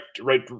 right